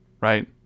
Right